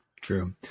True